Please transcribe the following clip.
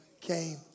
came